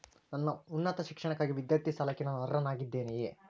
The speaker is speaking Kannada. ನನ್ನ ಉನ್ನತ ಶಿಕ್ಷಣಕ್ಕಾಗಿ ವಿದ್ಯಾರ್ಥಿ ಸಾಲಕ್ಕೆ ನಾನು ಅರ್ಹನಾಗಿದ್ದೇನೆಯೇ?